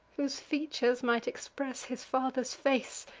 whose features might express his father's face